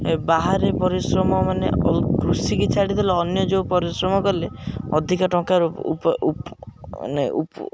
ଏ ବାହାରେ ପରିଶ୍ରମ ମାନେ କୃଷିକି ଛାଡ଼ିଦେଲେ ଅନ୍ୟ ଯେଉଁ ପରିଶ୍ରମ କଲେ ଅଧିକା ଟଙ୍କାରୁ ଉପ ମାନେ